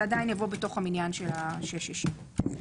זה עדיין יבוא בתוך המניין של השש ישיבות.